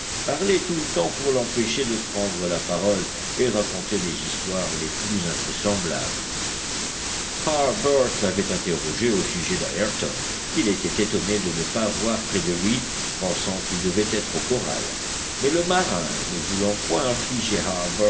parlait tout le temps pour l'empêcher de prendre la parole et racontait les histoires les plus invraisemblables harbert l'avait interrogé au sujet d'ayrton qu'il était étonné de ne pas voir près de lui pensant qu'il devait être au corral mais le marin ne voulant point affliger